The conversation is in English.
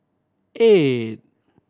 eight